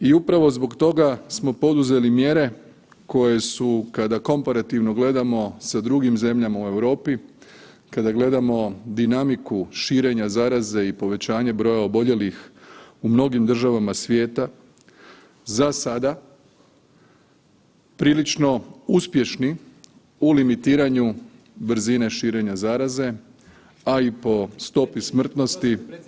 I upravo zbog toga smo poduzeli mjere koje su kada komparativno gledamo sa drugim zemljama u Europi, kada gledamo dinamiku širenja zaraze i povećanje broja oboljelih u mnogim državama svijeta, za sada prilično uspješni u limitiranju brzine širenja zaraze, a i po stopi smrtnosti.